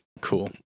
Cool